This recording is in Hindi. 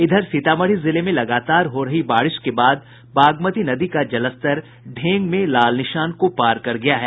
इधर सीतामढ़ी जिले में लगातार हो रही बारिश के बाद बागमती नदी का जलस्तर ढ़ेंग में खतरे के निशान को पार कर गया है